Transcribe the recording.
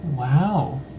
Wow